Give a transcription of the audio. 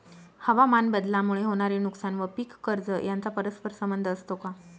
हवामानबदलामुळे होणारे नुकसान व पीक कर्ज यांचा परस्पर संबंध असतो का?